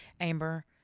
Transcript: amber